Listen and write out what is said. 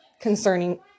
concerning